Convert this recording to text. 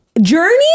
journey